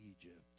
Egypt